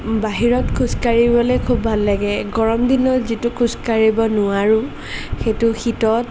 বাহিৰত খোজকাঢ়িবলৈ খুব ভাল লাগে গৰম দিনত যিটো খোজকাঢ়িব নোৱাৰোঁ সেইটো শীতত